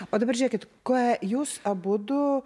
o dabar žiūrėkit ką jūs abudu